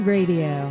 Radio